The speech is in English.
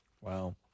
Wow